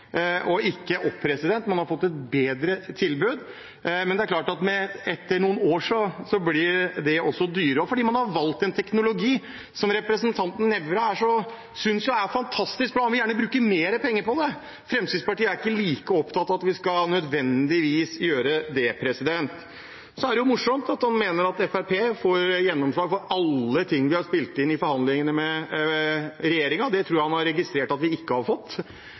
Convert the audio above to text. og ikke opp – man har fått et bedre tilbud. Men det er klart at etter noen år blir det også dyrere, også fordi man har valgt en teknologi som representanten Nævra synes er fantastisk bra og gjerne vil bruke mer penger på. Fremskrittspartiet er ikke like opptatt av at vi nødvendigvis skal gjøre det. Så er det morsomt at han mener Fremskrittspartiet får gjennomslag for alle ting vi har spilt inn i forhandlingene med regjeringen. Det tror jeg han har registrert at vi ikke har fått.